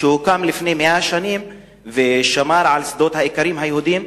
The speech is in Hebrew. שהוקם לפני 100 שנים ושמר על שדות האיכרים היהודים,